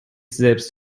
selbst